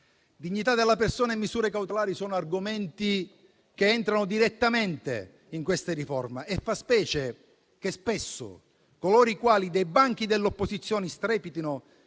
Dignità della persona e misure cautelari sono argomenti che entrano direttamente in questa riforma e fa specie che spesso coloro, che dai banchi dell'opposizione strepitano